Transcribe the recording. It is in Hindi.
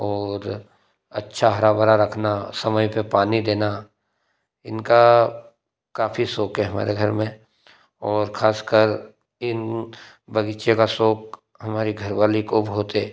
और अच्छा हरा भरा रखना समय पे पानी देना इनका काफ़ी शौक है हमारे घर में और खासकर इन बगीचे का शौक हमारी घरवाली को बहुत है